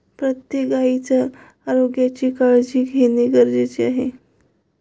प्रत्येक गायीच्या आरोग्याची काळजी घेणे गरजेचे आहे